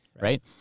right